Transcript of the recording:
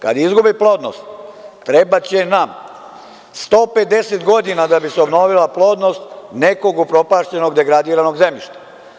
Kada izgubi plodnost, trebaće nam 150 godina da bi se obnovila plodnost nekog upropašćenog, degradiranog zemljišta.